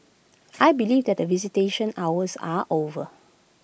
I believe that the visitation hours are over